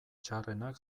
txarrenak